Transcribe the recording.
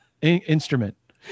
instrument